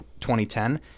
2010